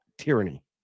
tyranny